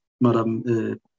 Madam